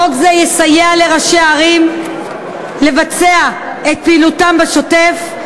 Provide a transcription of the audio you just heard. חוק זה יסייע לראשי ערים לבצע את פעילותם בשוטף.